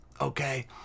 okay